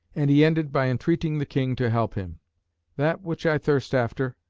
and he ended by entreating the king to help him that which i thirst after,